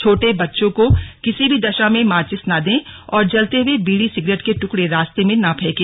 छोटे बच्चों को किसी भी दशा में माचिस न दें और जलते हुए बीड़ी सिगरेट के टुकड़े रास्ते में न फेंके